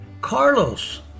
Carlos